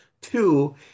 two